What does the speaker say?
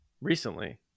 recently